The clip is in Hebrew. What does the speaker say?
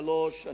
שלוש שנים.